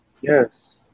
Yes